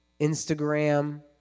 Instagram